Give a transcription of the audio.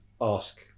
ask